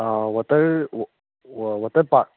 ah water water park